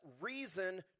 reason